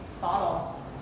bottle